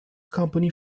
company